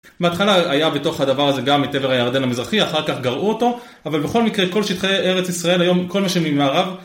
בהתחלה היה בתוך הדבר הזה גם את עבר הירדן המזרחי, אחר כך גרעו אותו, אבל בכל מקרה כל שטחי ארץ ישראל היום, כל מה שממערב